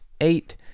eight